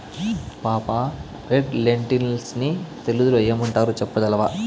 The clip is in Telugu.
పాపా, రెడ్ లెన్టిల్స్ ని తెలుగులో ఏమంటారు చెప్పగలవా